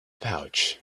pouch